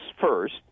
first